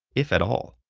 if at all.